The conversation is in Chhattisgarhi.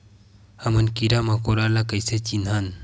हमन कीरा मकोरा ला कइसे चिन्हन?